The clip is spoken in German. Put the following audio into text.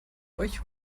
euch